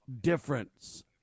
Difference